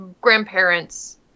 Grandparents